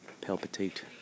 palpitate